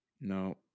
No